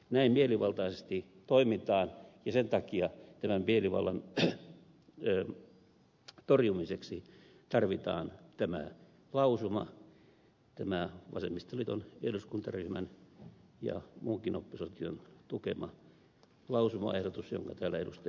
näin mielivaltaisesti toimitaan ja sen takia tämän mielivallan torjumiseksi tarvitaan tämä vasemmistoliiton eduskuntaryhmän ja muunkin opposition tukema lausumaehdotus jonka täällä ed